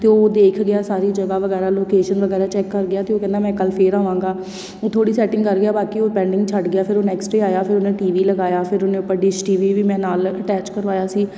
ਅਤੇ ਉਹ ਦੇਖ ਗਿਆ ਸਾਰੀ ਜਗ੍ਹਾ ਵਗੈਰਾ ਲੋਕੇਸ਼ਨ ਵਗੈਰਾ ਚੈੱਕ ਕਰ ਗਿਆ ਅਤੇ ਉਹ ਕਹਿੰਦਾ ਮੈਂ ਕੱਲ੍ਹ ਫੇਰ ਆਵਾਂਗਾ ਉਹ ਥੋੜ੍ਹੀ ਸੈਟਿੰਗ ਕਰ ਗਿਆ ਬਾਕੀ ਉਹ ਪੈਂਡਿੰਗ ਛੱਡ ਗਿਆ ਫਿਰ ਉਹ ਨੈਕਸਟ ਡੇ ਆਇਆ ਫਿਰ ਉਹਨੇ ਟੀ ਵੀ ਲਗਾਇਆ ਫਿਰ ਉਹਨੇ ਉੱਪਰ ਡਿਸ਼ ਟੀ ਵੀ ਵੀ ਮੈਂ ਨਾਲ ਅਟੈਚ ਕਰਵਾਇਆ ਸੀ